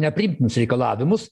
nepriimtinus reikalavimus